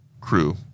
crew